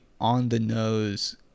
on-the-nose